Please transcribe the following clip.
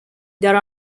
there